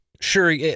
Sure